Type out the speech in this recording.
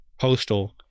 postal